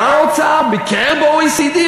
שר האוצר ביקר ב-OECD,